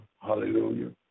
Hallelujah